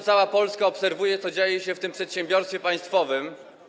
Cała Polska obserwuje, co dzieje się w tym przedsiębiorstwie państwowym.